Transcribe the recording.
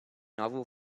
novel